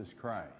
Christ